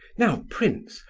now, prince,